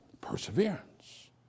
perseverance